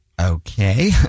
Okay